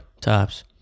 tops